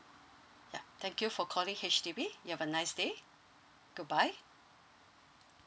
ya thank you for calling H_D_B you have a nice day goodbye